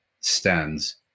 stands